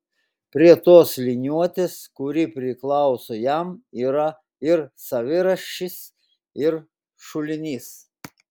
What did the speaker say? prie tos liniuotės kuri priklauso jam yra ir savirašis ir šulinys